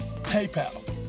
PayPal